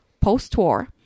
Post-war